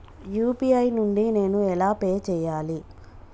UPI నుండి నేను ఎలా పే చెయ్యాలి?